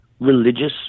religious